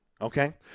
okay